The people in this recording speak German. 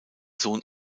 sohn